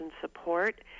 support